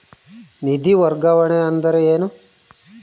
ನಿಧಿ ವರ್ಗಾವಣೆ ಅಂದರೆ ಏನು?